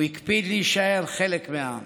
הוא הקפיד להישאר חלק מהעם.